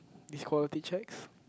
this quality checks